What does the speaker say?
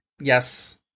yes